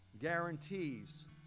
guarantees